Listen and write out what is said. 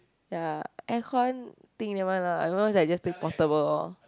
ya air con think never mind lah otherwise I just take portable oh